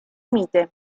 mite